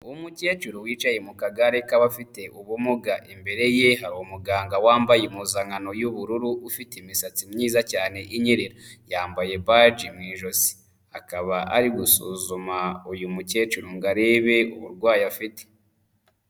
Umukecuru wicaye mu kagare k'abafite ubumuga, imbere ye hari umuganga wambaye impuzankano y'ubururu ufite imisatsi myiza cyane inyerera. Yambaye baji mu ijosi. Akaba ari gusuzuma uyu mukecuru ngo arebe uburwayi afite.